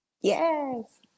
Yes